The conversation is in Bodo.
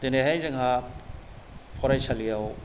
दिनैहाय जोंहा फरायसालियाव